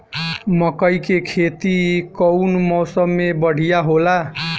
मकई के खेती कउन मौसम में बढ़िया होला?